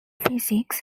physics